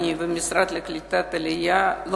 המשרד לקליטת העלייה ואני,